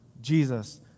Jesus